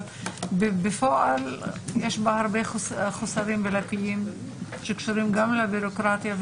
אבל בפועל יש בה הרבה חוסרים וליקויים שקשורים גם לבירוקרטיה.